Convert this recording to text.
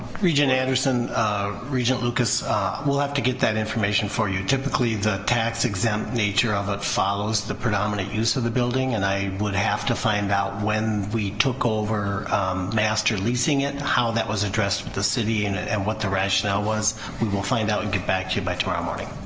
regent anderson regent lucas will have to get that information for you typically the tax exempt nature of it follows the predominant use of the building and i would have to find out when we took over master leasing it how that was addressed with the city and and what the rationale was we will find out and back to you by tomorrow morning.